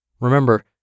Remember